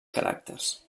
caràcters